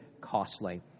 costly